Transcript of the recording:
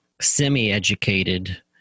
semi-educated